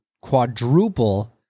quadruple